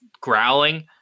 growling